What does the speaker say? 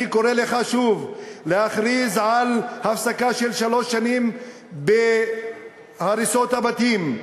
אני קורא לך שוב להכריז על הפסקה של שלוש שנים בהריסות הבתים.